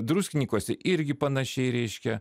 druskininkuose irgi panašiai reiškia